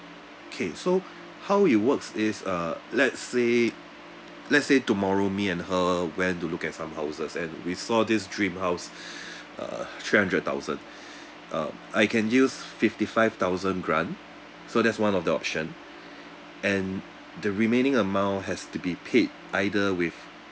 okay so how it works is uh let's say let's say tomorrow me and her went to look at some houses and we saw this dream house uh three hundred thousand um I can use fifty five thousand grant so that's one of the option and the remaining amount has to be paid either with